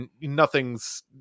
nothing's